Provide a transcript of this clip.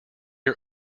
are